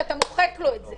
אתה מוחק לו את זה.